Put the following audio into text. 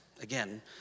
again